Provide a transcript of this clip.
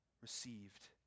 received